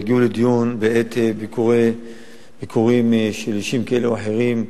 יגיעו לדיון בעת ביקורים של אישים כאלה או אחרים,